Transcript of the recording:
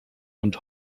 und